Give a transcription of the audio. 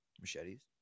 Machetes